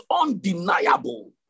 undeniable